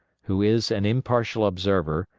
who is an impartial observer,